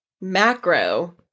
Macro